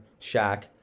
Shaq